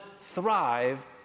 thrive